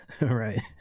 Right